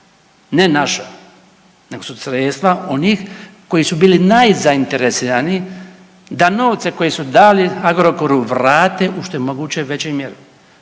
ne naša, nego su sredstva onih koji su bili najzainteresiraniji da novce koje su dali Agrokoru vrate u što je moguće većoj mjeri